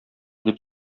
дип